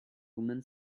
woman